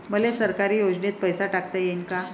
मले सरकारी योजतेन पैसा टाकता येईन काय?